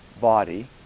body